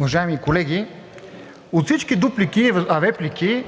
Уважаеми колеги, от всички реплики